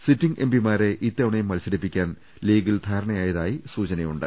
sitting എംപിമാരെ ഇത്തവണയും മത്സരിപ്പിക്കാൻ ലീഗിൽ ധാരണയായതായി സൂചനയുണ്ട്